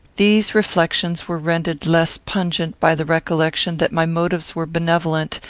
these reflections were rendered less pungent by the recollection that my motives were benevolent,